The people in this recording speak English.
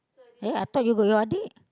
eh I thought you got your adik